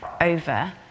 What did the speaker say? over